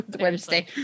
Wednesday